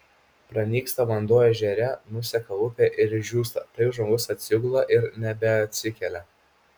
pranyksta vanduo ežere nuseka upė ir išdžiūsta taip žmogus atsigula ir nebeatsikelia